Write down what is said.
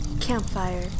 Campfire